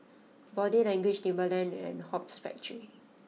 Body Language Timberland and Hoops Factory